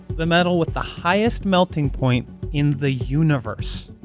the metal with the highest melting point in the universe.